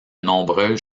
nombreuses